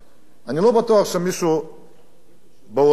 אני לא בטוח שמישהו באולם הזה,